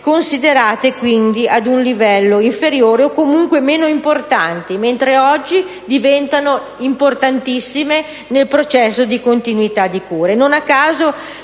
considerate ad un livello inferiore e comunque meno importante, oggi diventano importantissime nel processo di continuità di cura.